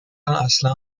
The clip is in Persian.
اصلا